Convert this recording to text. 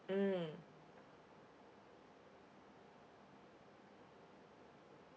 mm